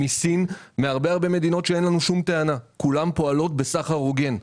מסין מהרבה מדינות שאין לנו שום טענה נגדן כולן פועלות בסחר הוגן.